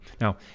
Now